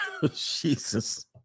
Jesus